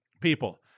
people